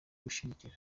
gushyigikira